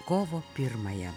kovo pirmąją